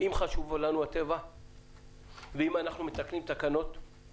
אם חשוב לנו הטבע ואם אנחנו מתקנים תקנות,